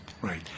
Right